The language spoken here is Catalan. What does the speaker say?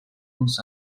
uns